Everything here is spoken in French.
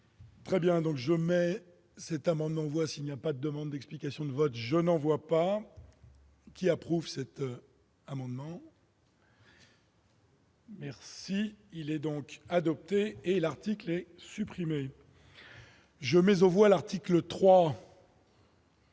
Très bien, donc je mets cet amendement doit s'il n'y a pas de demande d'explications de vote, je n'en vois pas qui approuve cet amendement. Merci, il est donc adopté et l'article est supprimé. Je mais on voit l'article 3.